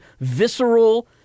visceral